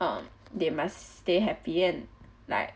um they must stay happy and like